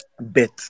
bet